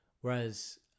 Whereas